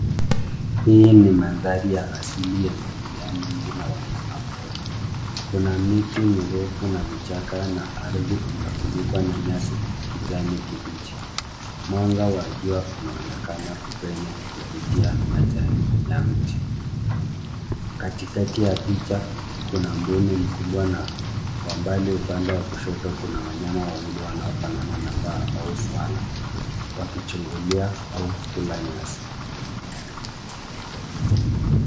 Hii ni mandhari ya asili yenye mimea mingi na wanyama pori. Kuna miti mirefu na vichaka na ardhi imefunikwa na nyasi kijani kibichi. Mwanga wa jua unaonekana kupenya kupitia majani ya mti. Katikati ya picha kuna mbuni mkubwa na kwa mbali upande wa kushoto kuna wanyama wawili wanaofanana na paa au swala wakichungulia au kula nyasi.